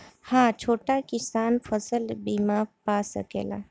हा छोटा किसान फसल बीमा पा सकेला?